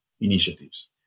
initiatives